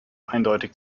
eindeutig